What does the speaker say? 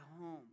home